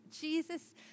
Jesus